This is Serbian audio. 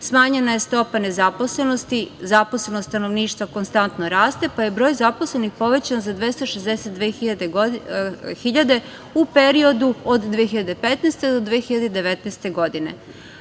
smanjena je stopa nezaposlenosti, zaposleno stanovništvo konstantno raste, pa je broj zaposlenih povećan za 262 hiljade u periodu od 2015. do 2019. godine. Razvoj